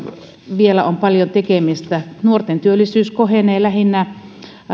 vielä on paljon tekemistä nuorten työllisyys kohenee lähinnä